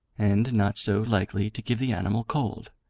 and not so likely to give the animal cold.